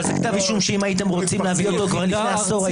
אבל זה כתב אישום שאם הייתם רוצים להביא אותו כבר לפני עשור,